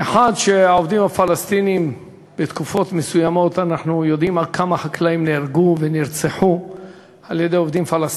אסור לה אפילו למצמץ לנוכח מעמדם ההולך ומידרדר של